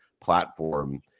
platform